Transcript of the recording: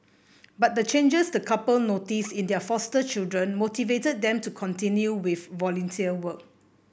but the changes the couple noticed in their foster children motivated them to continue with volunteer work